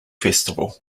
festival